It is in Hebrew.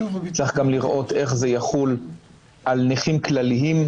צריך לראות איך זה יחול על נכים כלליים,